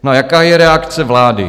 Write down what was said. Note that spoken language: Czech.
A jaká je reakce vlády?